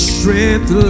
Strength